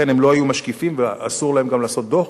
לכן הם לא היו משקיפים ואסור להם גם לעשות דוח,